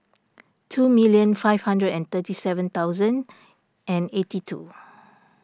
two minute five hundred and thirty seven thousand and eighty two